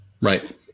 right